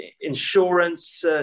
insurance